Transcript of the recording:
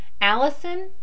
Allison